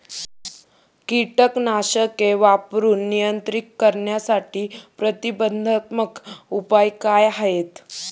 कीटकनाशके वापरून नियंत्रित करण्यासाठी प्रतिबंधात्मक उपाय काय आहेत?